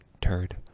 turd